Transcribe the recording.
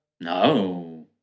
No